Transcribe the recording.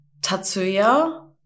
Tatsuya